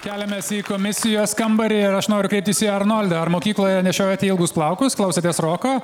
keliamės į komisijos kambarį ir aš noriu kreiptis į arnoldą ar mokykloje nešiojote ilgus plaukus klausėtės roko